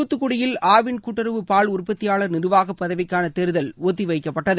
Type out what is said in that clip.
தூத்துக்குடியில் ஆவின் கூட்டுறவு பால் உற்பத்தியாளர் நிர்வாகப் பதவிக்கான தேர்தல் ஒத்தி வைக்கப்பட்டது